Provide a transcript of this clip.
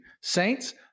Saints